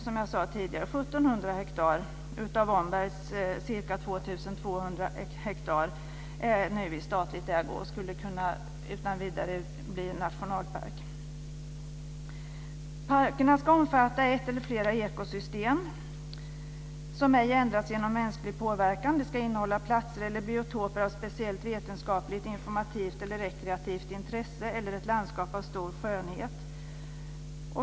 Som jag sade tidigare är 1 700 hektar av Ombergs ca 2 200 hektar nu i statlig ägo och skulle utan vidare kunna bli nationalpark. Parkerna ska omfatta ett eller flera ekosystem som ej ändrats genom mänsklig påverkan, och de ska innehålla platser eller biotoper av speciellt vetenskapligt, informativt eller rekreativt intresse eller ett landskap av stor skönhet.